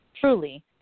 truly